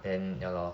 then ya lor